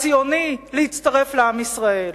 הציוני, להצטרף לעם ישראל.